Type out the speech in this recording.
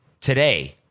Today